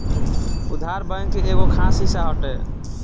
उधार, बैंक के एगो खास हिस्सा हटे